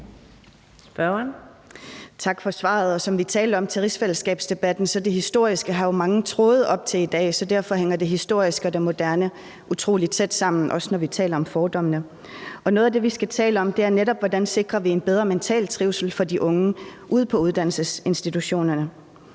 Tak for svaret. Som vi talte om til rigsfællesskabsdebatten, trækker det historiske jo mange tråde op til i dag, så derfor hænger det historiske og det moderne utrolig tæt sammen, også når vi taler om fordommene. Noget af det, vi skal tale om, er netop, hvordan vi sikrer en bedre mental trivsel for de unge ude på uddannelsesinstitutionerne.